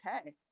Okay